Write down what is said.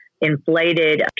inflated